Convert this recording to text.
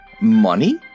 Money